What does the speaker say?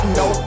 no